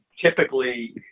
Typically